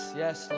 yes